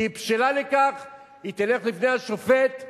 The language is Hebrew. כי היא בשלה לכך, היא תלך לפני השופט ותאמר: